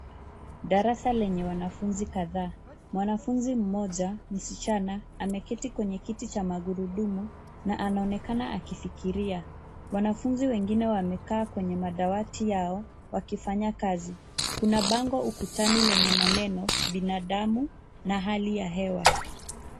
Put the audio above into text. Darasa lenye wanafunzi kadhaa. Mwanafunzi mmoja msichana ameketi kwenye kiti cha magurudumu na anaonekana akifikiria. Wanafunzi wengine wamekaa kwenye madawati yao wakifanya kazi. Kuna bango ukutani lenye maneno binadamu na hali ya hewa.